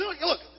Look